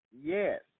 Yes